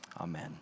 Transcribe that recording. amen